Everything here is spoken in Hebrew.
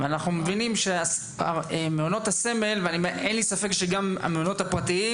אנחנו מבינים שמעונות הסמל ואין לי ספק שגם המעונות הפרטיים